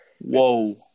Whoa